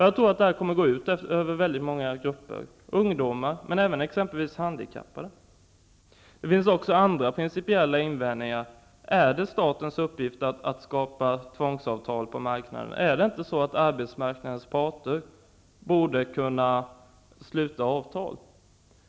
Jag tror att detta kommer att gå ut över många grupper, t.ex. ungdomar, men även handikappade. Det finns också andra principiella invändningar. Är det statens uppgift att skapa tvångsavtal på marknaden? Borde inte arbetsmarknadens parter kunna sluta avtal?